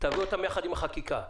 תביאו אותם יחד עם החקיקה.